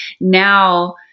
Now